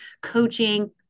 coaching